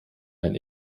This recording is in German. ein